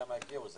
כמה הגיעו,